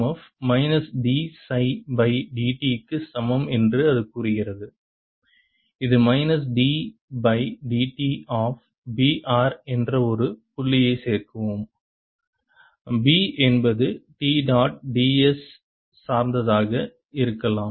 F minus d psi by dt க்கு சமம் என்று அது கூறுகிறது இது minus d by dt of B r என்ற ஒரு புள்ளியை சேர்க்கவும் B என்பது t டாட் ds சார்ந்ததாக இருக்கலாம்